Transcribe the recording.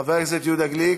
חבר הכנסת יהודה גליק,